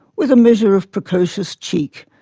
with a measure of precocious cheek,